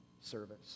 service